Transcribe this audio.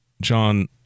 John